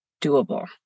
doable